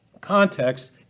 context